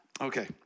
Okay